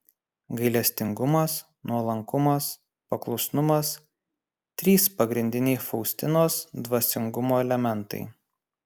gailestingumas nuolankumas paklusnumas trys pagrindiniai faustinos dvasingumo elementai